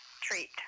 treat